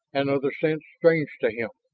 and other scents strange to him.